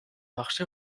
marché